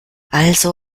also